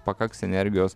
pakaks energijos